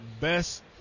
best